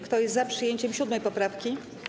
Kto jest za przyjęciem 7. poprawki?